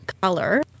color